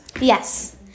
Yes